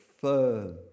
firm